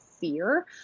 fear